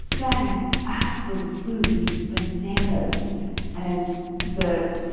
that is absolutely bananas and the